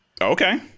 okay